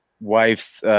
wife's